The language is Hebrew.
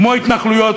כמו התנחלויות,